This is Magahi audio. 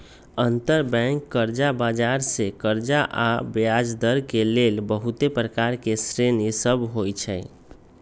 अंतरबैंक कर्जा बजार मे कर्जा आऽ ब्याजदर के लेल बहुते प्रकार के श्रेणि सभ होइ छइ